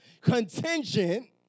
Contingent